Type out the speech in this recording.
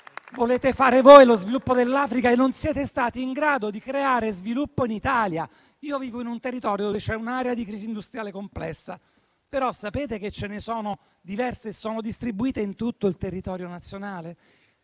Volete fare lo sviluppo dell'Africa voi che non siete stati in grado di creare sviluppo in Italia? Io vivo in un territorio in cui c'è un'area di crisi industriale complessa, ma - come sapete - ce ne sono diverse, distribuite in tutto il territorio nazionale.